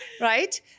right